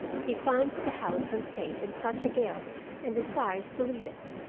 he finds the house unsafe in such a gale and desires to leave it.